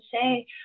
say